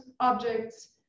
objects